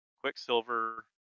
Quicksilver